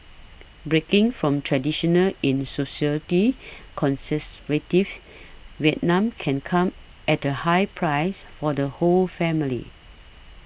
breaking from traditional in socialites conservative Vietnam can come at the high price for the whole family